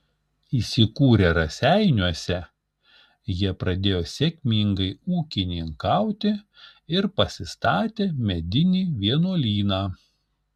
įsikūrę raseiniuose jie pradėjo sėkmingai ūkininkauti ir pasistatė medinį vienuolyną